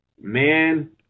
man